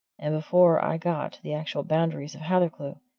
and before i got to the actual boundaries of hathercleugh,